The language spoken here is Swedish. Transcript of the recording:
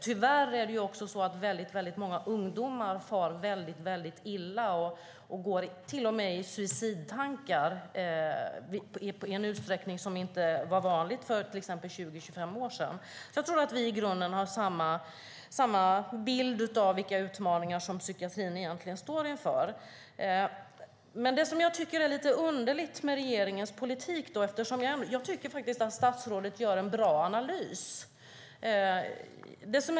Tyvärr far också väldigt många ungdomar väldigt illa och går till och med i suicidtankar i en utsträckning som inte var vanlig för 20-25 år sedan. Jag tror att vi i grunden har samma bild av vilka utmaningar psykiatrin egentligen står inför. Jag tycker faktiskt att statsrådet gör en bra analys.